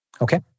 Okay